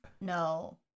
No